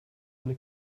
eine